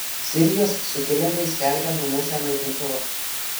sirijos sukilėliai skelbia numušę naikintuvą